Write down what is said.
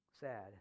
Sad